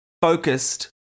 focused